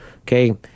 okay